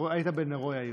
היית בנרו יאיר.